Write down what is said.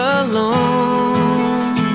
alone